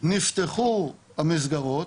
נפתחו המסגרות,